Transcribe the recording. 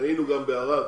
ראינו גם בערד